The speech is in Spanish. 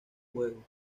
juego